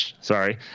sorry